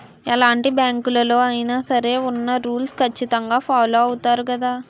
ఎలాంటి బ్యాంకులలో అయినా సరే ఉన్న రూల్స్ ఖచ్చితంగా ఫాలో అవుతారు గదా